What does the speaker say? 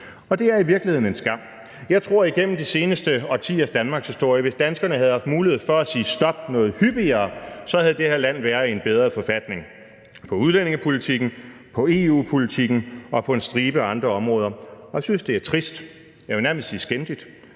Og det er i virkeligheden en skam. Jeg tror, at hvis danskerne igennem de seneste årtiers danmarkshistorie havde haft mulighed for at sige stop noget hyppigere, havde det her land været i en bedre forfatning – på udlændingepolitikken, på EU-politikken og på en stribe andre områder. Jeg synes, det er trist, og jeg vil nærmest sige skændigt,